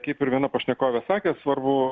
kaip ir viena pašnekovė sakė svarbu